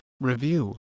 review